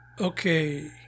Okay